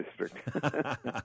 district